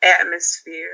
atmosphere